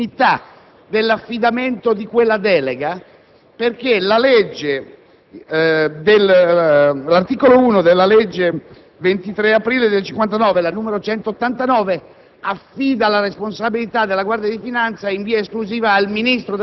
Presidente, già sussistevano dubbi sulla legittimità dell'affidamento di quella delega, perché l'articolo 1 della legge 23 aprile 1959, n. 189,